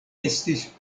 estis